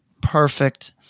Perfect